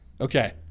Okay